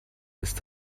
ist